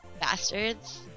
Bastards